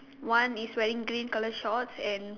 one is wearing green colour shorts and